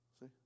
See